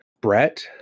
Brett